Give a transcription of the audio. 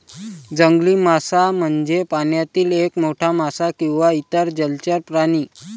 जंगली मासा म्हणजे पाण्यातील एक मोठा मासा किंवा इतर जलचर प्राणी